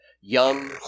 young